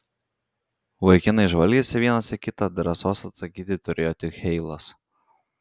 vaikinai žvalgėsi vienas į kitą drąsos atsakyti turėjo tik heilas